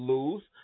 Lose